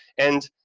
and,